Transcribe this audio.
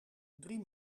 drie